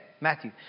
Matthew